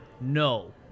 no